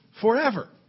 forever